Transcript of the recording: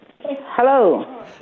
Hello